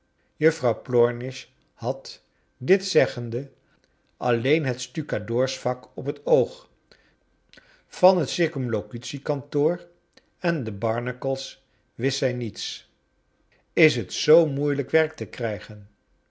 frouw plornish had dit zeggende alleen het stucadoorsvak op het oog van het circumlocution kantoor en de barnacles wist zij niets is het zoo moeilijk werk te krijgen